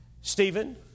Stephen